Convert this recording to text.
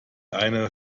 eine